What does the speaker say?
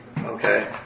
Okay